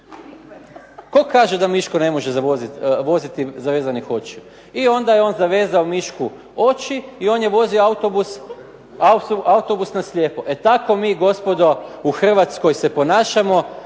„Tko kaže da Miško ne može voziti zavezanih očiju“ i onda je on zavezao Mišku oči i on je vozio autobus na slijepo. E tako mi gospodo u Hrvatskoj se ponašamo,